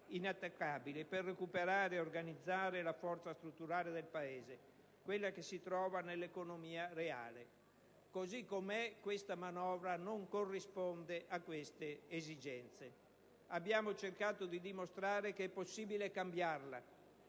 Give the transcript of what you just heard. inattaccabili, per recuperare e organizzare la forza strutturale del Paese, quella che si trova nell'economia reale. Così com'è questa manovra non corrisponde a queste esigenze. Abbiamo cercato di dimostrare che è possibile cambiarla,